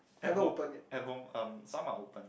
at home at home um some are open